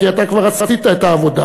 כי אתה כבר עשית את העבודה,